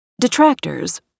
Detractors